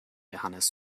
hannes